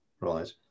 right